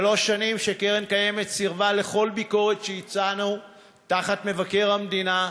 שלוש שנים שקרן קיימת סירבה לכל ביקורת שהצענו תחת מבקר המדינה,